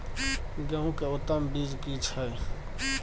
गेहूं के उत्तम बीज की छै?